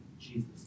Jesus